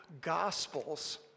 gospels